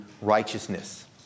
righteousness